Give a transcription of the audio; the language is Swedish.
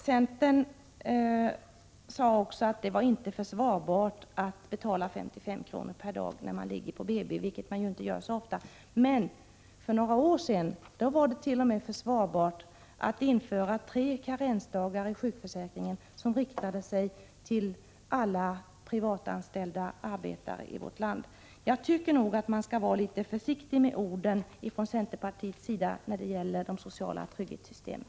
Det sägs också från centern att det inte var försvarbart att betala 55 kr. per dag när man ligger på BB, vilket man ju inte gör så ofta. Men för några år sedan var det t.o.m. försvarbart att införa tre karensdagar i sjukförsäkringen, något som riktade sig till alla privatanställda arbetare i vårt land. Jag tycker nog att man skall vara litet försiktig med orden från centerpartiets sida när det gäller de sociala trygghetssystemen.